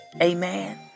Amen